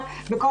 מנהיגות,